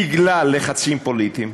בגלל לחצים פוליטיים,